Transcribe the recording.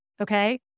Okay